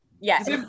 Yes